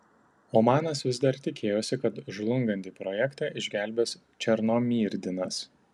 omanas vis dar tikėjosi kad žlungantį projektą išgelbės černomyrdinas